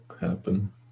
happen